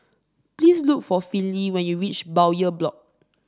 please look for Finley when you reach Bowyer Block